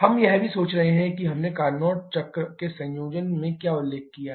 हम यह भी सोच सकते हैं कि हमने कार्नोट चक्र के संयोजन में क्या उल्लेख किया है